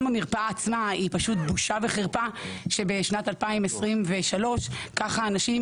גם המרפאה עצמה היא פשוט בושה וחרפה שבשנת 2023 כה אנשים